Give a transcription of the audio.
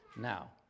now